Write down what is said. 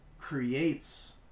creates